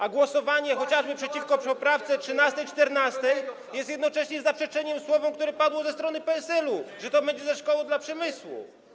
a głosowanie chociażby przeciwko poprawkom 13. i 14. jest jednocześnie zaprzeczeniem słów, które padły ze strony PSL-u, że to będzie ze szkodą dla przemysłu.